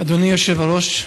אדוני היושב-ראש,